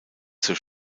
zur